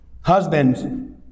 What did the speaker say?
Husbands